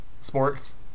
sports